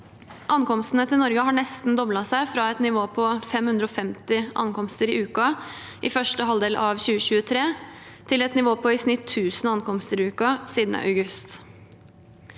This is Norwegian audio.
Ankomstene til Norge har nesten doblet seg fra et nivå på 550 ankomster i uken i første halvdel av 2023 til et nivå på i snitt 1 000 ankomster i uken siden august.